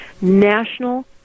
national